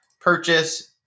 purchase